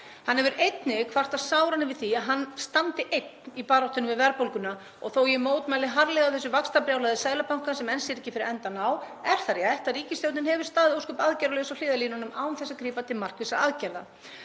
Hann hefur einnig kvartað sáran yfir því að hann standi einn í baráttunni við verðbólguna og þó að ég mótmæli harðlega þessu vaxtabrjálæði Seðlabankans, sem enn sér ekki fyrir endann á, er það rétt að ríkisstjórnin hefur staðið ósköp aðgerðalaus á hliðarlínunni án þess að grípa til markvissra aðgerða.